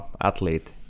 athlete